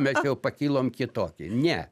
mes jau pakilom kitokie ne